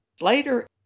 later